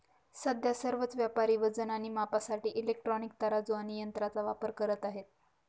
सध्या सर्वच व्यापारी वजन आणि मापासाठी इलेक्ट्रॉनिक तराजू आणि यंत्रांचा वापर करत आहेत